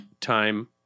time